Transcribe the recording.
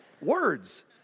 Words